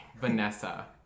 Vanessa